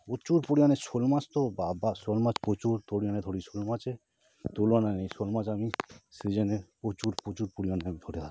প্রচুর পরিমাণে শোল মাছ তো বাব্বা শোল মাছ প্রচুর পরিমাণে ধরি শোল মাছের তুলনা নেই শোল মাছ আমি সিজনে প্রচুর প্রচুর পরিমাণে ধরে রাখি